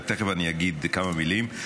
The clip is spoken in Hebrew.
ותכף אני אגיד כמה מילים.